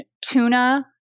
tuna